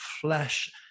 flesh